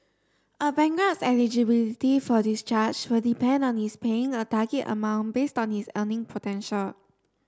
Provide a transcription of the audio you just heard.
a bankrupt's eligibility for discharge will depend on his paying a target amount based on his earning potential